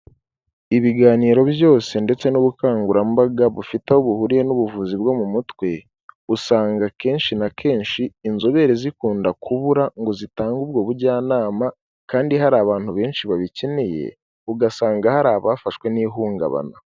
Ibiganiro byose ndetse n'ubukangurambaga bufite aho buhuriye n'ubuvuzi bwo mu mutwe, usanga kenshi na kenshi inzobere zikunda kubura ngo zitange ubwo bujyanama kandi hari abantu benshi babikeneye, ugasanga hari abafashwe n'ihungabana.